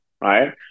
right